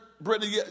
Brittany